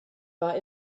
war